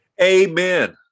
Amen